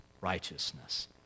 righteousness